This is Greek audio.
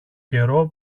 καιρό